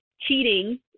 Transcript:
cheating